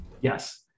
Yes